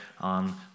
on